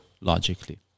logically